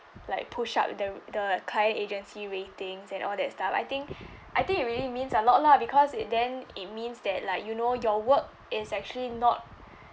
like push up the the client agency ratings and all that stuff I think I think it really means a lot lah because it then it means that like you know your work is actually not